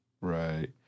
Right